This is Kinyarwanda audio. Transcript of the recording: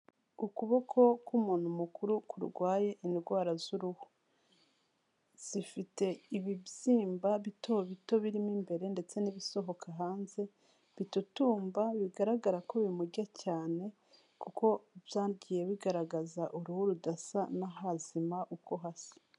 Ukuboko k'umuntu mukuru kurwaye indwara z'uruhu. Zifite ibibyimba bito bito birimo imbere, ndetse n'ibisohoka hanze bitutumba, bigaragara ko bimurya cyane, kuko byagiye bigaragaza uruhu rudasa n'ahazima uko hasa.